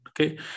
okay